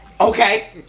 Okay